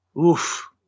oof